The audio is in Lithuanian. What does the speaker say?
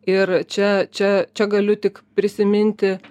ir čia čia čia galiu tik prisiminti